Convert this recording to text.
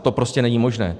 To prostě není možné.